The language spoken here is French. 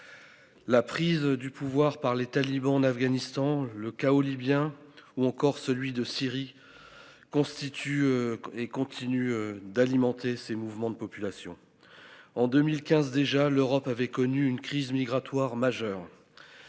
La prise du pouvoir par les talibans en Afghanistan le chaos libyen ou encore celui de Syrie. Constitue et continue d'alimenter ces mouvements de population. En 2015 déjà, l'Europe avait connu une crise migratoire majeure.